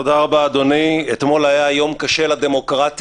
תודה רבה, אדוני, אתמול היה יום קשה לדמוקרטיה.